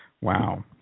Wow